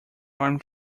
arm